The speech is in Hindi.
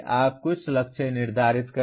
आप कुछ लक्ष्य निर्धारित करें